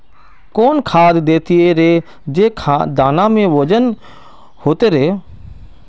कौन खाद देथियेरे जे दाना में ओजन होते रेह?